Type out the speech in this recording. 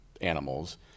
animals